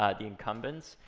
ah the incumbents,